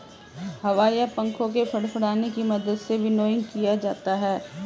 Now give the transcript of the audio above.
हवा या पंखों के फड़फड़ाने की मदद से विनोइंग किया जाता है